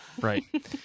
Right